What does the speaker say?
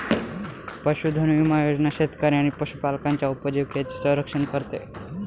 पशुधन विमा योजना शेतकरी आणि पशुपालकांच्या उपजीविकेचे संरक्षण करते